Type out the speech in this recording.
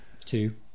Two